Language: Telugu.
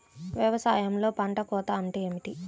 వ్యవసాయంలో పంట కోత అంటే ఏమిటి?